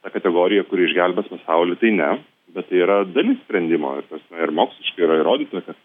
ta kategorija kuri išgelbės pasaulį tai ne bet tai yra dalis sprendimo ta prasme ir moksliškai yra įrodyta kad